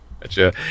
Gotcha